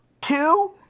two